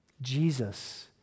Jesus